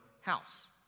house